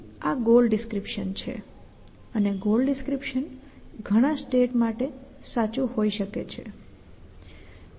તેથી આ goal description છે અને ગોલ ડિસ્ક્રિપ્શન ઘણા સ્ટેટ્સ માટે સાચું હોઈ શકે છે